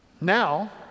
Now